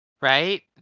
Right